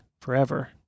forever